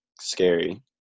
scary